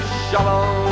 shovel